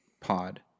pod